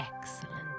excellent